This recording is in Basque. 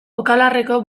okalarreko